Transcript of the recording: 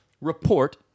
report